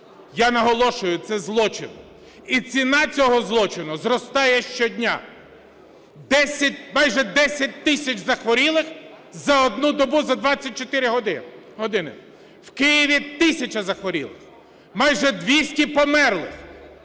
Я наголошую, це злочин, і ціна цього злочину зростає щодня. Майже 10 тисяч захворілих за одну добу, за 24 години. В Києві тисяча захворілих. Майже 200 померлих.